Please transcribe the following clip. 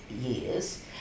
years